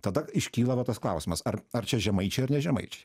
tada iškyla va tas klausimas ar ar čia žemaičiai ar ne žemaičiai